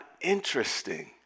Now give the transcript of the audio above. interesting